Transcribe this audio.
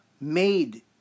made